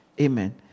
Amen